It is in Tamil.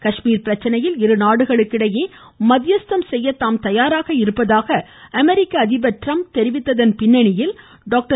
காஷ்மீர் பிரச்சனையில் இருநாடுகளுக்கிடையே மத்தியஸ்தம் செய்ய தாம் தயாராக இருப்பதாக அமெரிக்க அதிபர் ட்ரம்ப் தெரிவித்ததன் பின்னணியில் டாக்டர்